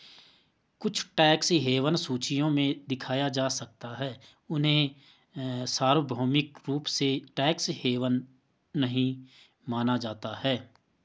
कुछ tax haven सूचियों में दिखाया जा सकता है, उन्हें सार्वभौमिक रूप से टैक्स हेवन नहीं माना जाता है